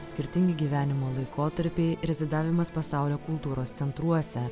skirtingi gyvenimo laikotarpiai rezidavimas pasaulio kultūros centruose